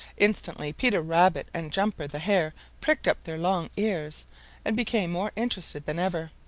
instantly peter rabbit and jumper the hare pricked up their long ears and became more interested than ever,